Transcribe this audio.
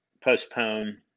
postpone